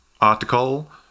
article